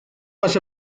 was